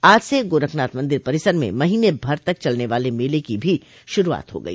आज से गोरखनाथ मंदिर परिसर में महीने भर तक चलने वाले मेले की भी शुरूआत हो गई